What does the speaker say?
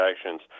actions